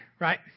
right